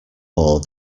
more